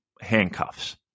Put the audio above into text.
handcuffs